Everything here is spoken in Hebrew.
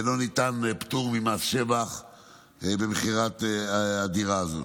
ולא ניתן פטור ממס שבח במכירת הדירה הזאת.